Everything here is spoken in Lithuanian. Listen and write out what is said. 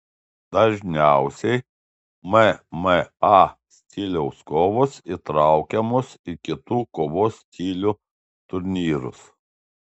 dažniausiai mma stiliaus kovos įtraukiamos į kitų kovos stilių turnyrus